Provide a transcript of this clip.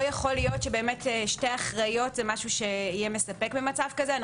יכול להיות ששתי אחראיות יהיה משהו מספק במצב כזה.